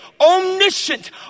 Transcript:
omniscient